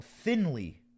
thinly